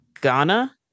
ghana